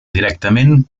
directament